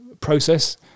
process